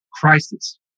crisis